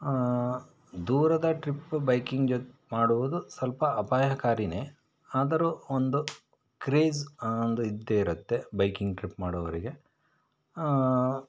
ದೂರದ trip biking ಜೊತೆ ಮಾಡುವುದು ಸ್ವಲ್ಪ ಅಪಾಯಕಾರಿನೇ ಆದರೂ ಒಂದು ಕ್ರೇಜ್ ಆ ಅಂದು ಇದ್ದೇ ಇರುತ್ತೆ ಬೈಕಿಂಗ್ ಟ್ರಿಪ್ ಮಾಡೋವರಿಗೆ